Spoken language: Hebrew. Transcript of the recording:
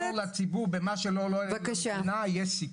מה שיכול לעזור לציבור ולמדינה יש סיכוי.